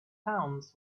towns